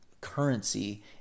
currency